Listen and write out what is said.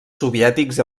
soviètics